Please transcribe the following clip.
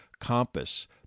compass